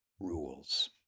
Rules